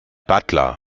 butler